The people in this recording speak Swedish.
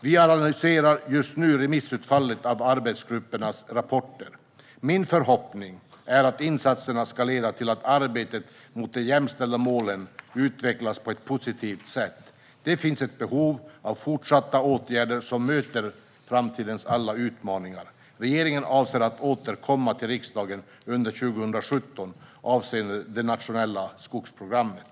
Vi analyserar just nu remissutfallet av arbetsgruppernas rapporter. Min förhoppning är att insatserna ska leda till att arbetet mot de jämställda målen utvecklas på ett positivt sätt. Det finns ett behov av fortsatta åtgärder som möter framtidens alla utmaningar. Regeringen avser att återkomma till riksdagen under 2017 avseende det nationella skogsprogrammet.